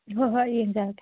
ꯍꯣꯏ ꯍꯣꯏ ꯌꯦꯡꯖꯔꯒꯦ